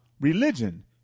religion